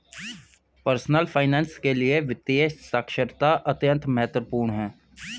personal finance के लिए वित्तीय साक्षरता अत्यंत महत्वपूर्ण है